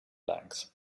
length